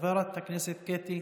חבר הכנסת אופיר סופר,